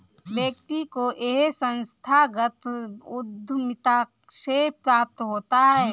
व्यक्ति को यह संस्थागत उद्धमिता से प्राप्त होता है